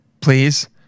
please